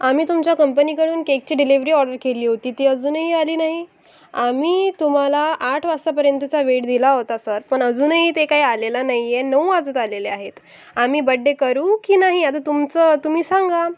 आम्ही तुमच्या कंपनीकडून केकची डिलिव्हरी ऑर्डर केली होती ती अजूनही आली नाही आम्ही तुम्हाला आठ वाजता पर्यंतचा वेळ दिला होता सर पण अजूनही ते काही आलेला नाही आहे नऊ वाजत आलेले आहेत आम्ही बड्डे करू की नाही आता तुमचं तुम्ही सांगा